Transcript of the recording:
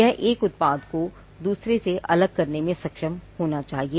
यह एक उत्पाद को दूसरे से अलग करने में सक्षम होना चाहिए